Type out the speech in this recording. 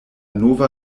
nova